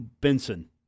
Benson